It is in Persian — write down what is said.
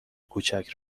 کوچک